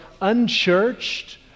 unchurched